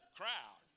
crowd